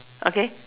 okay